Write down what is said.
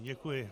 Děkuji.